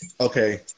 okay